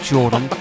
Jordan